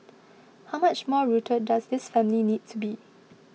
how much more rooted does this family need to be